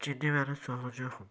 ଚିହ୍ନିବାରେ ସହଜ ହବ